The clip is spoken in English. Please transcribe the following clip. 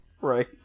Right